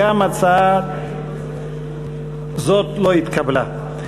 גם הצעה זאת לא התקבלה.